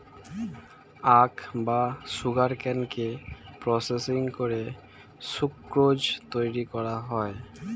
আখ বা সুগারকেনকে প্রসেসিং করে সুক্রোজ তৈরি করা হয়